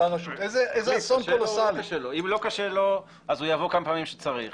אין כאן שום שינוי ואין כאן שום חידוש.